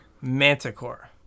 manticore